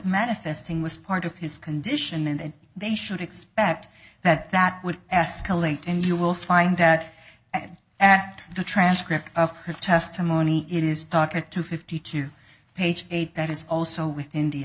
manifesting was part of his condition and they should expect that that would escalate and you will find that at at the transcript of her testimony it is talk at two fifty two page eight that is also with india